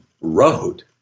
wrote